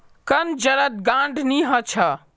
कंद जड़त गांठ नी ह छ